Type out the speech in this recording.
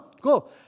go